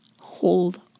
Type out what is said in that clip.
Hold